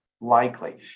likely